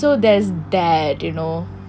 so there is that